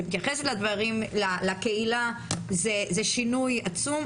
ומתייחס לקהילה זה שינוי עצום.